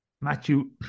Matthew